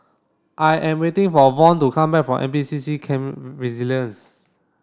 I am waiting for Von to come back from N P C C Camp Resilience